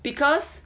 because